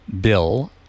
Bill